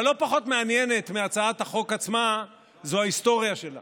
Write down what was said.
אבל לא פחות מעניינת מהצעת החוק עצמה זו ההיסטוריה שלה.